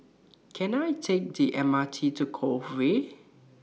Can I Take The M R T to Cove Way